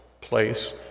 place